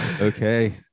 Okay